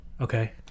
Okay